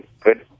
good